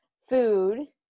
food